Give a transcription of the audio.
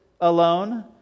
alone